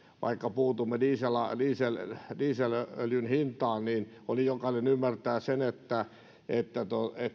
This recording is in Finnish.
vaikka puutumme dieselöljyn hintaan niin jokainen ymmärtää sen